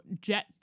jet